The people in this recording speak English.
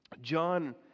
John